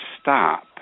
stop